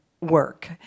work